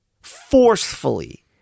forcefully